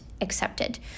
accepted